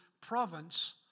province